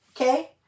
Okay